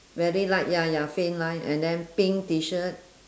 very light ya ya faint line and then pink T-shirt